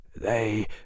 They